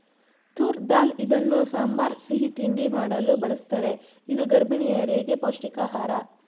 ತೂರ್ ದಾಲ್ ಇದನ್ನು ಸಾಂಬಾರ್, ಸಿಹಿ ತಿಂಡಿ ಮಾಡಲು ಬಳ್ಸತ್ತರೆ ಇದು ಗರ್ಭಿಣಿಯರಿಗೆ ಪೌಷ್ಟಿಕ ಆಹಾರ